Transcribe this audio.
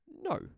No